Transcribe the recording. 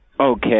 Okay